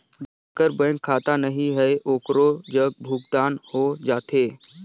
जेकर बैंक खाता नहीं है ओकरो जग भुगतान हो जाथे?